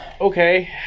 okay